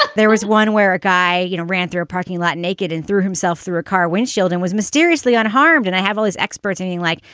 but there was one where a guy, you know, ran through a parking lot naked and threw himself through a car windshield and was mysteriously unharmed. and i have all his experts ending, like,